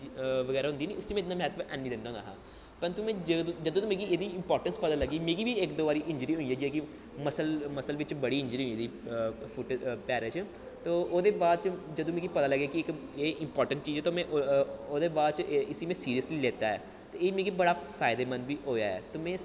बगैरा होंदी नी उसी में इन्ना म्हत्तव ऐनी दिंदा होंदा हा परन्तु में जदूं जदूं दी मिगी एह्दी इंपाटैंट्स लग्गी दी मिगी बी इक दो बारी इंजरी होई ऐ जेह्ड़ी मसल मसल बिच्च बड़ी इंजरी होई दी ही फुट च पैरें च ते ओह्दे बाद च जदूं मिगी पता लग्गेआ कि इक इंपार्टैंट चीज़ ऐ ते में ओह्दे बाद च में इसी सिरियस्ली लैता ऐ ते एह् मिगी बड़ा फायदेमंद बी होएआ ऐ ते में